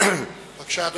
ראש הממשלה, בבקשה.